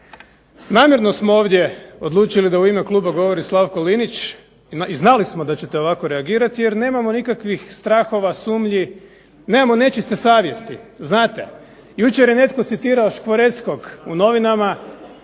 Namjerno smo ovdje odlučili da u ime kluba govori Slavko Linić i znali smo da ćete ovako reagirati jer nemamo nikakvih strahova, sumnji, nemamo nečiste savjesti znate. Jučer je netko citirao Škvoreckog u novinama